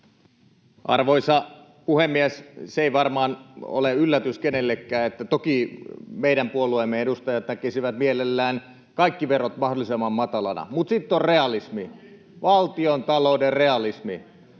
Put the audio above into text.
Arvoisa puhemies! Se ei varmaan ole yllätys kenellekään, että toki meidän puolueemme edustajat näkisivät mielellään kaikki verot mahdollisimman matalana. [Vasemmalta: Ei ole totta!] Mutta sitten on realismi, valtiontalouden realismi,